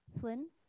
Flynn